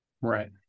Right